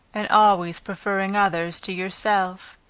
and always preferring others to yourself.